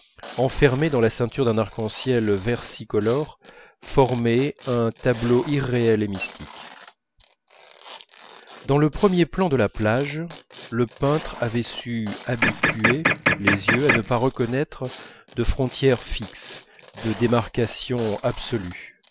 enfermées dans la ceinture d'un arc-en-ciel versicolore former un tableau irréel et mystique dans le premier plan de la plage le peintre avait su habituer les yeux à ne pas reconnaître de frontière fixe de démarcation absolue